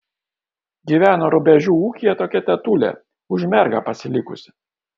gyveno rubežių ūkyje tokia tetulė už mergą pasilikusi